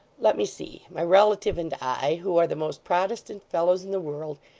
let me see. my relative and i, who are the most protestant fellows in the world,